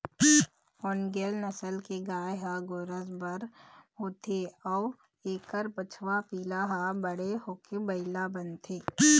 ओन्गेले नसल के गाय ह गोरस बर होथे अउ एखर बछवा पिला ह बड़े होके बइला बनथे